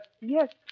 Yes